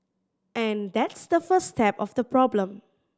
and that's the first step of the problem